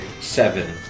seven